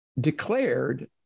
declared